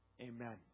Amen